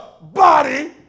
body